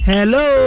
Hello